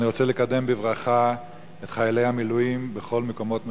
אני רוצה לקדם בברכה את חיילי המילואים בכל מקומות מושבותיהם.